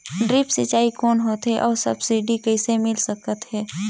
Drip सिंचाई कौन होथे अउ सब्सिडी मे कइसे मिल सकत हे?